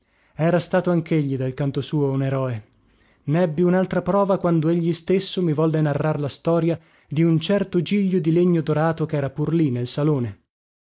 era stato anchegli dal canto suo un eroe nebbi unaltra prova quando egli stesso mi volle narrar la storia di un certo giglio di legno dorato chera pur lì nel salone